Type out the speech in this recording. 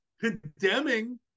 condemning